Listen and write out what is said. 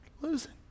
losing